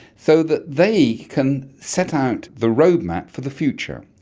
so that they can set out the roadmap for the future.